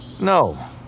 No